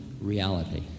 reality